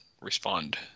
respond